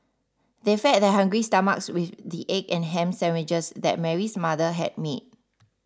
they fed their hungry stomachs with the egg and ham sandwiches that Mary's mother had made